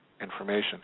information